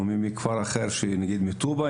או מכפר אחר למשל מטובא,